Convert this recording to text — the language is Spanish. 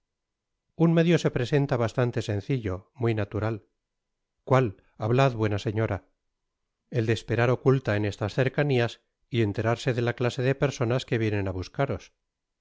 un medio se presenta bastante sencillo muy natural cuál hablad buena señora el de esperar oculta en estas cercanias y enterarse de la clase de personas que vinieren á